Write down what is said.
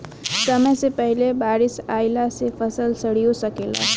समय से पहिले बारिस अइला से फसल सडिओ सकेला